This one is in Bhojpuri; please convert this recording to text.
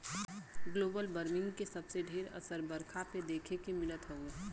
ग्लोबल बर्मिंग के सबसे ढेर असर बरखा पे देखे के मिलत हउवे